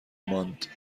ماند